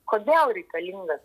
kodėl reikalingas